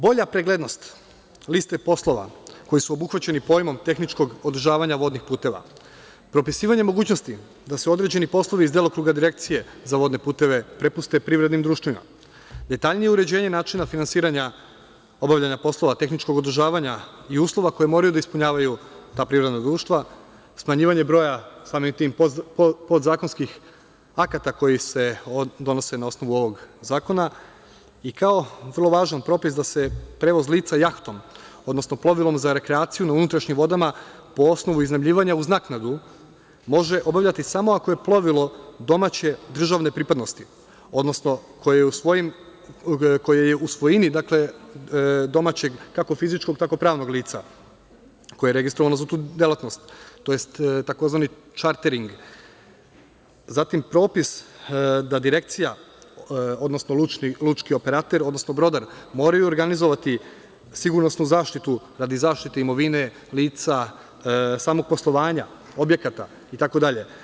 Bolja preglednost liste poslova koji su obuhvaćeni pojmom tehničkog održavanja vodnih puteva, propisivanje mogućnosti da se određeni poslovi iz delokruga Direkcije za vodne puteve prepuste privrednim društvima, detaljnije uređenje načina finansiranja obavljanja poslova, tehničkog održavanja i uslova koje moraju da ispunjavaju ta privredna društva, smanjivanje broja, samim tim, podzakonskih akata koji se donose na osnovu ovog zakona i kao vrlo važan propis, da se prevoz lica jahtom, odnosno plovilom za rekreaciju u unutrašnjim vodama, po osnovu iznajmljivanja uz naknadu može obavljati samo ako je plovilo domaće državne pripadnosti, odnosno koje je u svojini domaćeg, kako fizičkog, tako pravnog lica koje je registrovano za tu delatnost, tj. tzv. čartering, zatim propis da direkcija, odnosno lučki operater, odnosno brodar moraju organizovati sigurnosnu zaštitu radi zaštite imovine lica, samog poslovanja objekata itd.